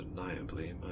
undeniably